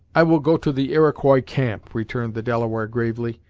i will go to the iroquois camp, returned the delaware, gravely.